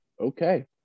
okay